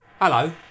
Hello